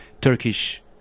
Turkish